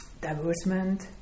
divorcement